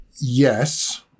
Yes